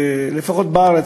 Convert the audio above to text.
לפחות בארץ,